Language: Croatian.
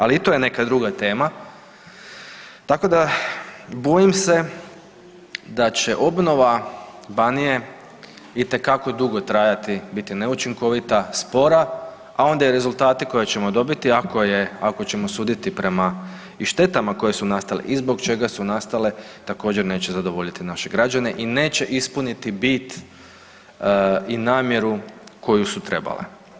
Ali i to je neka druga tema, tako da bojim se da će obnova Banije itekako dugo trajati, biti neučinkovita, spora, a onda i rezultati koje ćemo dobiti ako ćemo suditi prema i štetama koje su nastave i zbog čega su nastale također neće zadovoljiti naše građane i neće ispuniti bit i namjeru koju su trebale.